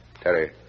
Terry